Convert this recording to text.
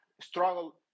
struggle